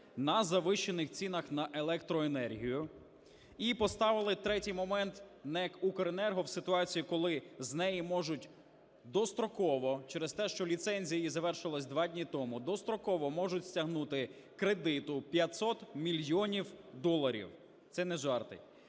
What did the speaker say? на завищених цінах на електроенергію. І поставили, третій момент, НЕК "Укренерго" в ситуацію, коли з неї можуть достроково, через те, що ліцензія її завершилась два дні тому, достроково можуть стягнути кредиту 500 мільйонів доларів. Це не жарти.